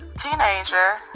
teenager